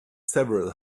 several